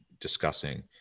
discussing